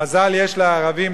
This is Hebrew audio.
מזל יש לערבים,